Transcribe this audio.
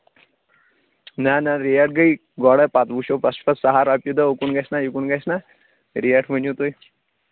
نہَ نہَ ریٹ گٔے گۄڈے پتہٕ وُچھو پَتہٕ چھُ پَتہٕ سَہَل رۄپیہِ دَہ اوٗکُن گَژھِ نا یہِ کُن گَژھِ نا ریٹ ؤنِو تُہۍ